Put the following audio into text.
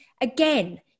again